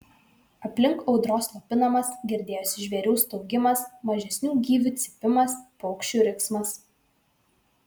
aplink audros slopinamas girdėjosi žvėrių staugimas mažesnių gyvių cypimas paukščių riksmas